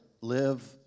live